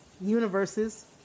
universes